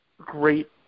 great